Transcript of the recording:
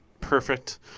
perfect